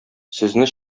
сезне